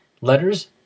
Letters